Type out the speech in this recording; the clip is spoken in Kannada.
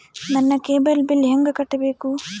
ನನ್ನ ಕೇಬಲ್ ಬಿಲ್ ಹೆಂಗ ಕಟ್ಟಬೇಕು?